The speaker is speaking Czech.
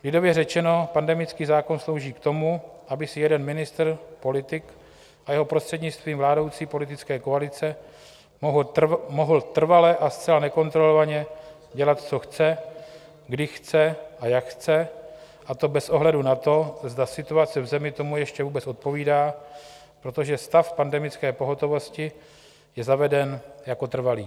Lidově řečeno, pandemický zákon slouží k tomu, aby si jeden ministr, politik, a jeho prostřednictvím vládnoucí politické koalice mohly trvale a zcela nekontrolovaně dělat, co chce, kdy chce a jak chce, a to bez ohledu na to, zda situace v zemi tomu ještě vůbec odpovídá, protože stav pandemické pohotovosti je zaveden jako trvalý.